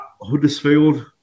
Huddersfield